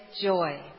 joy